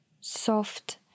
soft